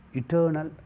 eternal